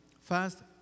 first